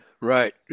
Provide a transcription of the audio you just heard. Right